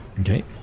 Okay